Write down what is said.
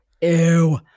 Ew